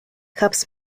cups